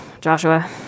Joshua